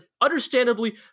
understandably